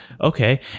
okay